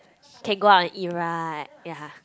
can go out and eat right ya